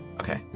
Okay